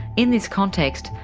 in this context,